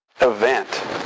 event